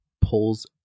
pulls